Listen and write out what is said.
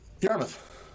Yarmouth